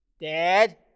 Dad